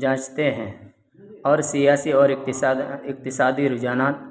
جانچتے ہیں اور سیاسی اور اقتصادی رجحانات